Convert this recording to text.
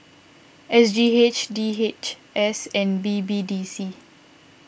S G H D H S and B B D C